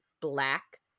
black